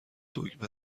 دکمه